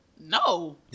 No